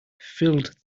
filled